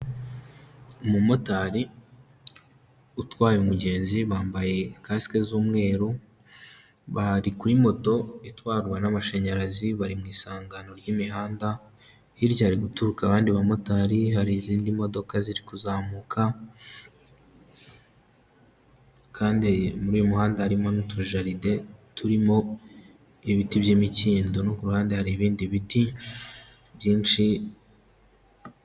Umumotari utwaye umugenzi bambaye kasike z'umweru, bari kuri moto itwarwa n'amashanyarazi, bari mu isangano ry'imihanda, hirya hari guturuka abandi bamotari, hari izindi modoka ziri kuzamuka kandi muri uyu muhanda harimo n'utujaride turimo ibiti by'imikindo no ku ruhande hari ibindi biti byinshi.